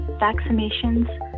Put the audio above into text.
vaccinations